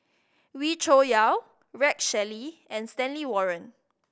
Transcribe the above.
Wee Cho Yaw Rex Shelley and Stanley Warren